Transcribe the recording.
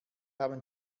haben